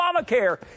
Obamacare